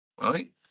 right